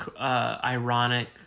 ironic